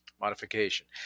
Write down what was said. Modification